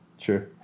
Sure